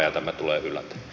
arvoisa puhemies